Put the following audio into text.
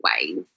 ways